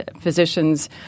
physicians